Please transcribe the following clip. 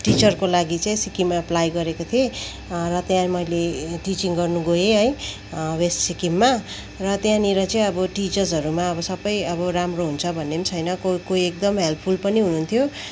टिचरको लागि चाहिँ सिक्किममा एप्पलाई गरेको थिएँ र त्यहाँ मैले टिचिङ गर्नु गएँ है वेस्ट सिक्किममा र त्यहाँनिर चाहिँ अब टिचर्सहरूमा अब सबै अब राम्रो हुन्छ भन्ने पनि छैन कोही कोही एकदम हेल्पफुल पनि हुनुहुन्थ्यो